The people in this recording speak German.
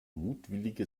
mutwillige